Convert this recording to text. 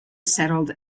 settled